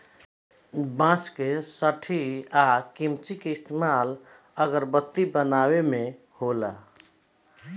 बांस के सठी आ किमची के इस्तमाल अगरबत्ती बनावे मे होला